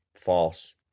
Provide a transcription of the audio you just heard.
false